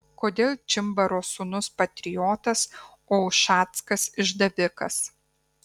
kodėl čimbaro sūnus patriotas o ušackas išdavikas